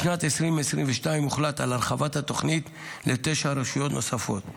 בשנת 2022 הוחלט על הרחבת התוכנית לתשע רשויות נוספות.